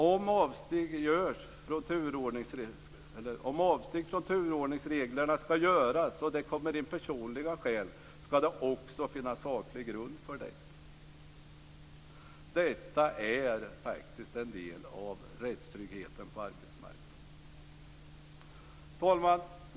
Om avsteg från turordningsreglerna ska göras och det kommer in personliga skäl ska det också finnas saklig grund för detta. Detta är faktiskt en del av rättstryggheten på arbetsmarknaden. Fru talman!